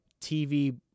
TV